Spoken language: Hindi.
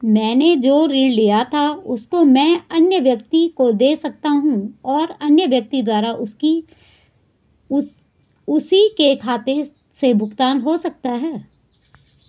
मैंने जो ऋण लिया था उसको मैं अन्य व्यक्ति को दें सकता हूँ और अन्य व्यक्ति द्वारा उसी के खाते से भुगतान हो सकता है?